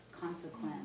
consequence